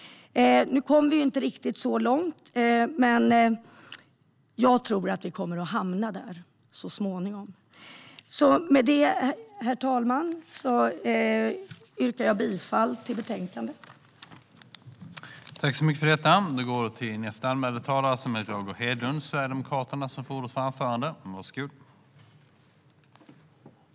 Nu kom vi inte så långt, men jag tror att vi kommer att hamna där så småningom. Med detta, herr talman, yrkar jag bifall till förslaget i betänkandet.